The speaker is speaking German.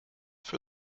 für